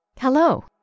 Hello